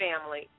family